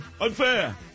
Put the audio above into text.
Unfair